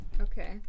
Okay